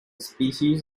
species